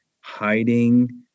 hiding